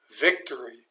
Victory